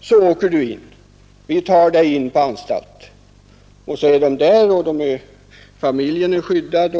så åker du in — vi tar in dig på anstalt.” Så är han där och familjen är skyddad.